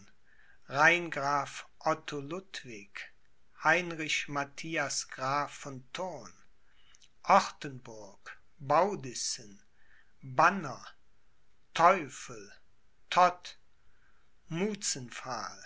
rheingraf otto ludwig heinrich matthias graf von thurn ortenburg baudissen banner teufel